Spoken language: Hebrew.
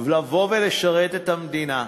לבוא ולשרת את המדינה,